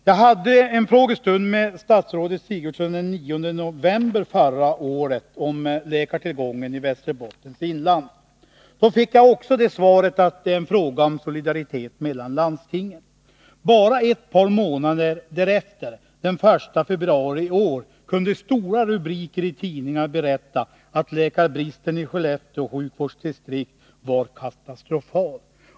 Den 9 november förra året hade jag en frågestund med statsrådet Sigurdsen om läkartillgången i Västerbottens inland. Då fick jag också svaret att det är en fråga om solidaritet mellan landstingen. Bara ett par månader därefter, den 1 februari i år, kunde stora rubriker i tidningarna berätta att läkarbristen i Skellefteå sjukvårdsdistrikt var katastrofal.